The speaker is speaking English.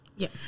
Yes